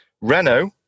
Renault